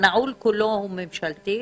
הנעול כולו הוא ממשלתי?